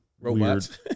robots